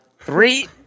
three